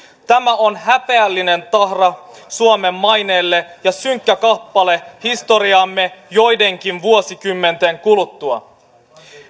tämä on häpeällinen tahra suomen maineelle ja synkkä kappale historiaamme joidenkin vuosikymmenten kuluttua